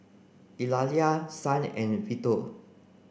Eulalia Son and Vito